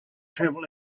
travel